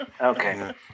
Okay